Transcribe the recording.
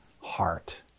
heart